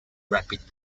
rapid